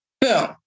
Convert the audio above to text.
Boom